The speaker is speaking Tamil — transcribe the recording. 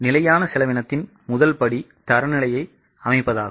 நிலையான செலவினத்தின் முதல் படி தரநிலையை அமைப்பதாகும்